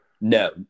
No